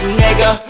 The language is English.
nigga